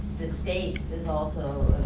the state is also